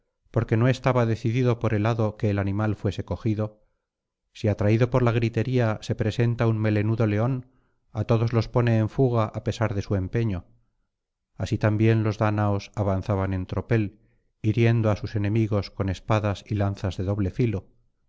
porque no estaba decidido por el hado que el animal fuese cogido si atraído por la gritería se presenta un melenudo león á todos los pone en fuga á pesar de su empeño así también los dáñaos avanzaban en tropel hiriendo á sus enemigos con espadas y lanzas de doble filo